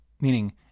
meaning